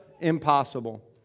impossible